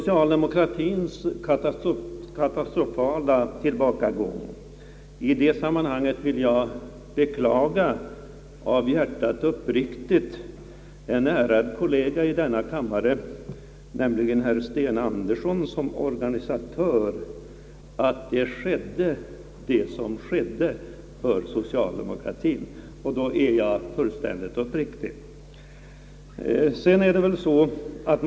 Jag vill i detta sammanhang av hjärtat och uppriktigt beklaga en ärad kol lega i denna kammare, herr Sten Andersson, att det skedde som inträffade för socialdemokraterna — han var nämligen deras valorganisatör. Socialdemokratiens tillbakagång och de borgerliga partiernas framgång är en händelse som för ansvar med sig.